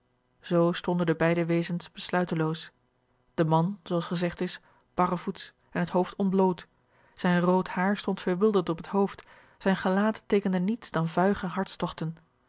zoo stonden de beide wezens besluiteloos de man zoo als gezegd is barrevoets en het hoofd ontbloot zijn rood haar stond verwilderd op het hoofd zijn gelaat teekende niets dan vuige hartstogten